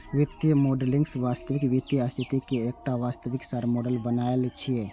वित्तीय मॉडलिंग वास्तविक वित्तीय स्थिति के एकटा वास्तविक सार मॉडल बनेनाय छियै